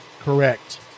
correct